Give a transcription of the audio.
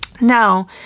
Now